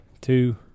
two